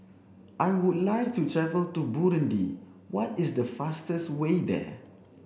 I would like to travel to Burundi what is the fastest way there